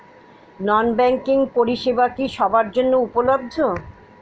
নন banking পরিষেবা কি সবার জন্য উপলব্ধ?